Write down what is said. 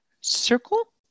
circle